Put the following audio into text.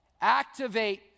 Activate